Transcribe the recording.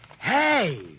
Hey